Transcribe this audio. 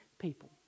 people